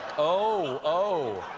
oh, oh